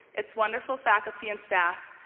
it's wonderful faculty and staff,